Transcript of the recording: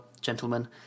gentlemen